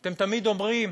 אתם תמיד אומרים: